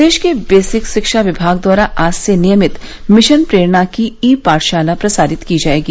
प्रदेश के बेसिक शिक्षा विभाग द्वारा आज से नियमित मिशन प्रेरणा की ई पाठशाला प्रसारित की जायेगी